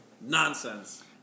Nonsense